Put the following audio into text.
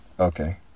Okay